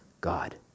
God